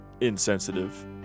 insensitive